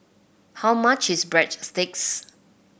how much is Breadsticks